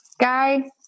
guy